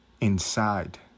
inside